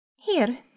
Here